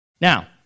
Now